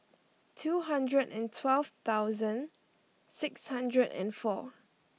two hundred and twelve thousand six hundred and four